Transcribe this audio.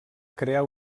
crear